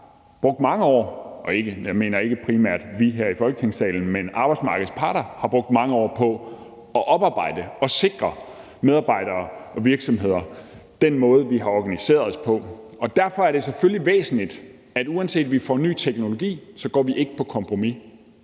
brugt mange år – her mener jeg ikke primært os i Folketingssalen, men arbejdsmarkedets parter – på at oparbejde, for at sikre medarbejdere og virksomheder inden for den måde, vi har organiseret os på. Derfor er det selvfølgelig væsentligt, at uanset om vi får ny teknologi, går vi ikke på kompromis